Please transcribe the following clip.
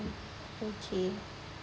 okay